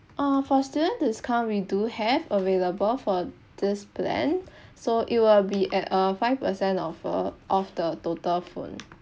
uh for student discount we do have available for this plan so it will be at a five percent of uh off the total phone